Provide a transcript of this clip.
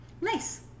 Nice